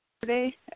today